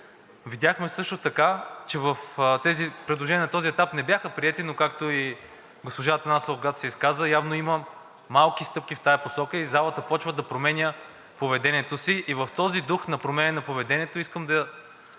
Видяхме също така, че тези предложения на този етап не бяха приети, но както и госпожа Атанасова, когато се изказа, явно има малки стъпки в тази посока и залата започва да променя поведението си. И в този дух на промяна на поведението искам да кажа